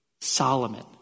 Solomon